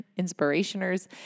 inspirationers